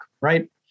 right